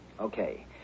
Okay